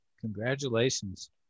Congratulations